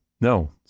No